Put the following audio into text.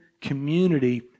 community